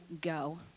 go